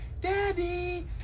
Daddy